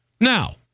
Now